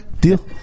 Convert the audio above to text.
deal